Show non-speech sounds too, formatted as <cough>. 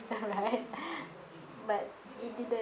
right <laughs> but it didn't